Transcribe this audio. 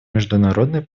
международной